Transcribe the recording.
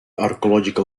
archaeological